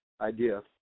idea